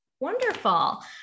Wonderful